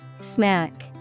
Smack